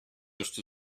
just